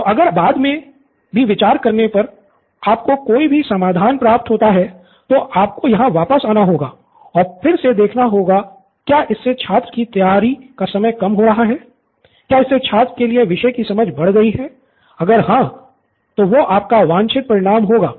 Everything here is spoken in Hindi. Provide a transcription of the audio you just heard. तो अगर बाद मे भी विचार करने पर आपको कोई भी समाधान प्राप्त होता है तो आपको यहाँ वापस आना होगा और फिर से देखना होगा क्या इससे छात्र कि तैयारी का समय कम हो रहा हैं क्या इससे छात्र के लिए विषय की समझ बढ़ गई है अगर हाँ तो वो आपका वांछित परिणाम होगा